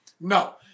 No